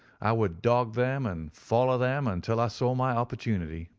i would dog them and follow them until i saw my opportunity.